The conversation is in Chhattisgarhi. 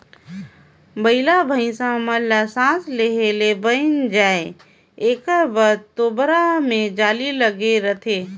बइला भइसा मन ल सास लेहे ले बइन जाय एकर बर तोबरा मे जाली लगे रहथे